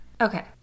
Okay